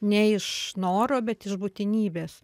ne iš noro bet iš būtinybės